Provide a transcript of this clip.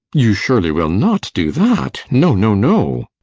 you surely will not do that! no, no, no!